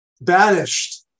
banished